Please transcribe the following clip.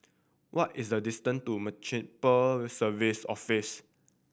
what is the distance to Municipal Services Office